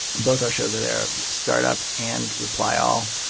both our shows are there startup and reply all.